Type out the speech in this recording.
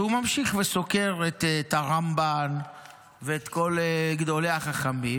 והוא ממשיך וסוקר את הרמב"ן ואת כל גדולי החכמים,